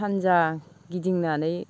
सानजा गिदिंनानै